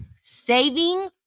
saving